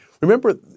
Remember